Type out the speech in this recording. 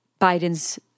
Biden's